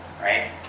right